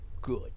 good